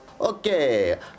Okay